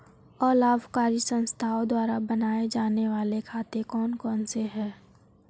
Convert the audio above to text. अलाभकारी संस्थाओं द्वारा बनाए जाने वाले खाते कौन कौनसे हैं?